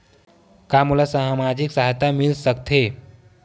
का मोला सामाजिक सहायता मिल सकथे?